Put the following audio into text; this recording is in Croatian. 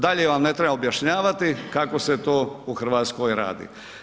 Dalje vam ne treba objašnjavati kako se to u Hrvatskoj radi.